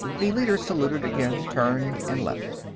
the leader saluted again, turned, and left.